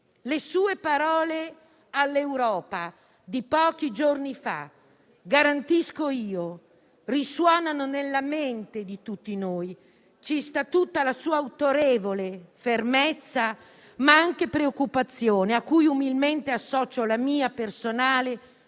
Le sue parole all'Europa di pochi giorni fa - garantisco io - risuonano nella mente di tutti noi: ci sta tutta la sua autorevole fermezza, ma anche la sua preoccupazione, a cui umilmente associo la mia personale